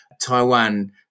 Taiwan